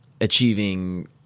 achieving